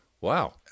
Wow